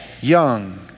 young